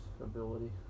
ability